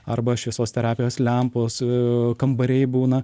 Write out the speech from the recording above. arba šviesos terapijos lempos kambariai būna